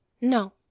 No